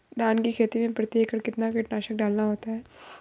धान की खेती में प्रति एकड़ कितना कीटनाशक डालना होता है?